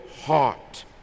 heart